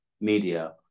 media